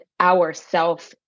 ourself